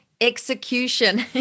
execution